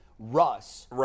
Russ